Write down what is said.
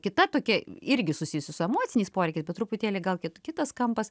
kita tokia irgi susijusi su emociniais poreikiais bet truputėlį gal kit kitas kampas